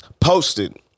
posted